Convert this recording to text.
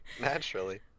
naturally